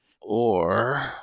Or